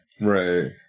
Right